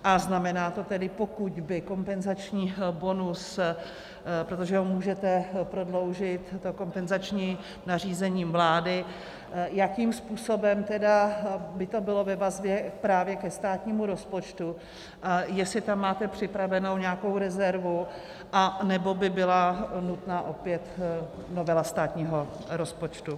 A znamená to tedy, pokud by kompenzační bonus, protože ho můžete prodloužit, to kompenzační, nařízením vlády, jakým způsobem by to bylo ve vazbě právě ke státnímu rozpočtu a jestli tam máte připravenu nějakou rezervu, anebo by byla nutná opět novela státního rozpočtu.